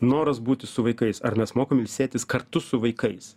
noras būti su vaikais ar mes mokam ilsėtis kartu su vaikais